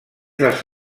dels